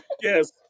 Yes